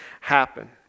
happen